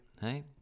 Hey